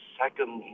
second